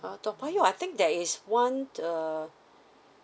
uh toa payoh I think there is one err